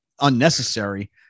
unnecessary